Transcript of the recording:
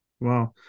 wow